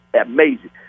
amazing